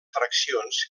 fraccions